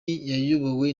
yayobowe